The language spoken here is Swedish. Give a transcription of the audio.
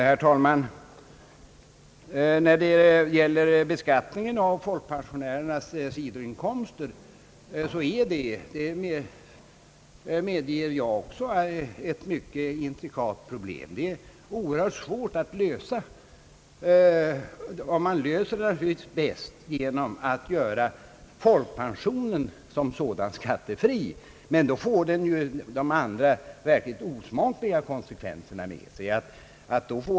Herr talman! Beskattningen av folkpensionärernas sidoinkomster är — det medger jag också — ett mycket intrikat problem som är oerhört svårt att lösa. Man löser det naturligtvis enklast genom att göra folkpensionen som sådan skattefri. Men då får man ju de andra, verkligt osmakliga konsekvenserna.